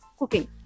cooking